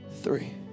three